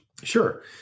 Sure